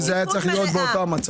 שקיפות מלאה.